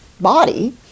body